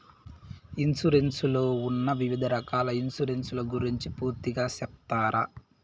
Insurance లో ఉన్న వివిధ రకాల ఇన్సూరెన్సు ల గురించి పూర్తిగా సెప్తారా?